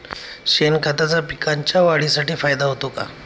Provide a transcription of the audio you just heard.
शेणखताचा पिकांच्या वाढीसाठी फायदा होतो का?